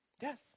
yes